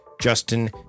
Justin